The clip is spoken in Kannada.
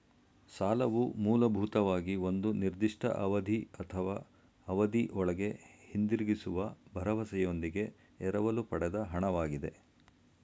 ಸಾಲವು ಮೂಲಭೂತವಾಗಿ ಒಂದು ನಿರ್ದಿಷ್ಟ ಅವಧಿ ಅಥವಾ ಅವಧಿಒಳ್ಗೆ ಹಿಂದಿರುಗಿಸುವ ಭರವಸೆಯೊಂದಿಗೆ ಎರವಲು ಪಡೆದ ಹಣ ವಾಗಿದೆ